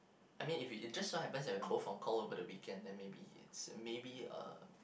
I mean if it just so happen that we are both on call over the weekend then maybe it's maybe uh